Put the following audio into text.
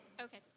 okay